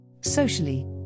Socially